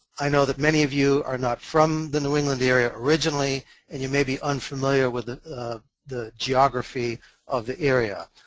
i know that many of you are not from the new england area originally and you may be unfamiliar with the the geography of the area.